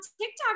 TikTok